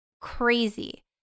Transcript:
crazy